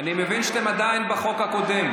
מבין שאתם עדיין בחוק הקודם.